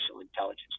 intelligence